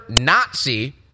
Nazi